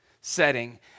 setting